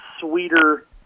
sweeter